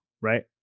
right